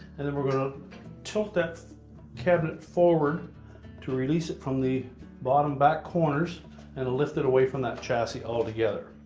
and then we're going to tilt that cabinet forward to release it from the bottom back corners and to lift it away from that chassis all together.